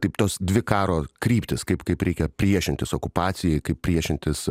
taip tos dvi karo kryptis kaip kaip reikia priešintis okupacijai kaip priešintis